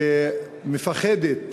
שמפחדת